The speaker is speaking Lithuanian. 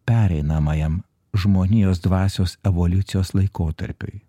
pereinamajam žmonijos dvasios evoliucijos laikotarpiui